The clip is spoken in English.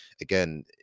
again